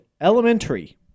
elementary